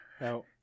Now